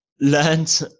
learned